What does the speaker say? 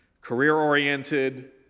Career-oriented